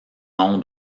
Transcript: nom